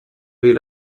vill